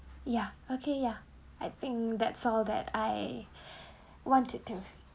ya okay ya I think that's all that I wanted to